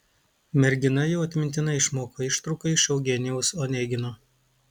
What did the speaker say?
mergina jau atmintinai išmoko ištrauką iš eugenijaus onegino